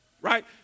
right